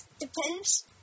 depends